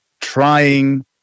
trying